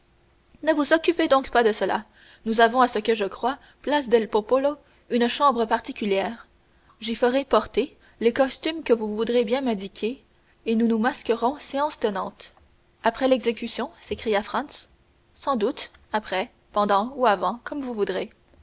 ne vous occupez donc pas de cela nous avons à ce que je crois place del popolo une chambre particulière j'y ferai porter les costumes que vous voudrez bien m'indiquer et nous nous masquerons séance tenante après l'exécution s'écria franz sans doute après pendant ou avant comme vous voudrez